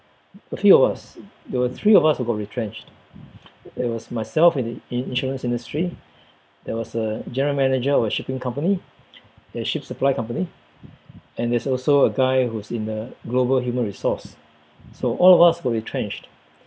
a few of us there were three of us who got retrenched it was myself in the in~ insurance industry there was a general manager with a shipping company a ship supply company and there's also a guy who's in the global human resource so all of us got retrenched